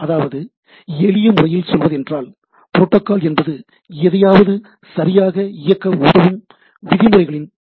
அதாவது எளிய முறையில் சொல்வதென்றால் புரோட்டோகால் என்பது எதையாவது சரியாக இயக்க உதவும் விதிமுறைகளின் தொகுப்பாகும்